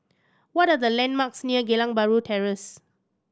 what are the landmarks near Geylang Bahru Terrace